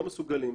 לא מסוגלים.